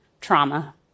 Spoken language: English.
trauma